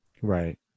Right